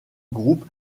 groupe